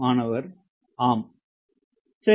மாணவர் ஆம் சரி